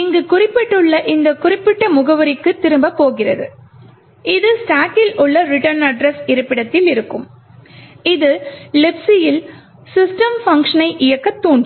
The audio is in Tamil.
இங்கு குறிப்பிட்டுள்ள இந்த குறிப்பிட்ட முகவரிக்குத் திரும்பப் போகிறது இது ஸ்டாக்கில் உள்ள ரிட்டர்ன் அட்ரெஸ் இருப்பிடத்தில் இருக்கும் இது Libc ல் system பங்க்ஷனை இயக்க தூண்டும்